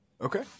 Okay